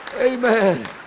Amen